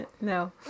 no